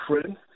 friend